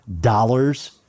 dollars